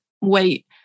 wait